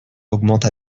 augmente